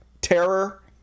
terror